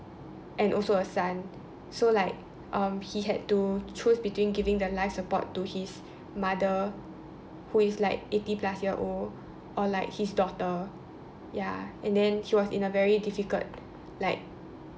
and also a son so like um he had to choose between giving the life support to his mother who is like eighty plus years old or like his daughter ya and then he was in a very difficult like